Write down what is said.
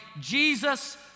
Jesus